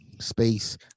space